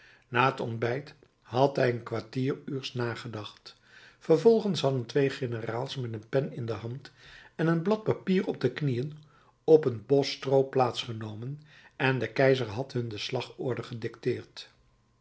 na het ontbijt had hij een kwartieruurs nagedacht vervolgens hadden twee generaals met een pen in de hand en een blad papier op de knieën op een bos stroo plaats genomen en de keizer had hun de slagorde gedicteerd